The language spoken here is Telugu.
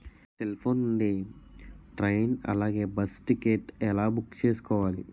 సెల్ ఫోన్ నుండి ట్రైన్ అలాగే బస్సు టికెట్ ఎలా బుక్ చేసుకోవాలి?